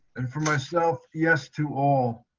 and for myself. yes to all